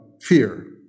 fear